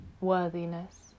worthiness